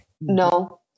no